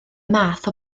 math